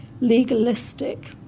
legalistic